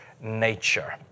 nature